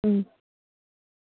ꯎꯝ